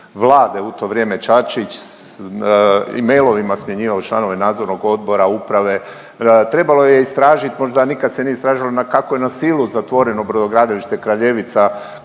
Vlade u to vrijeme Čačić i mailovima smjenjivao članove Nadzornog odbora, uprave. Trebalo je istražiti možda, a nikad se nije istražilo kako je na silu zatvoreno brodogradilište Kraljevica